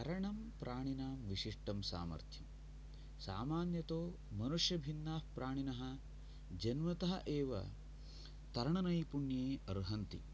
तरणं प्राणिनां विशिष्टं सामर्थ्यम् सामान्यतो मनुष्यभिन्नाः प्राणिनः जन्मतः एव तरणनैपुण्ये अर्हन्ति